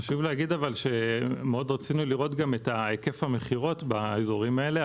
חשוב להגיד שמאוד רצינו לראות את היקף המכירות באזורים האלה,